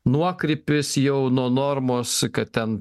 nuokrypis jau nuo normos kad ten